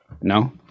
No